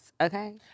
okay